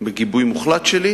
בגיבוי מוחלט שלי,